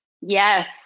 Yes